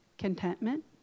Contentment